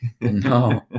No